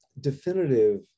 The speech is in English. definitive